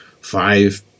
five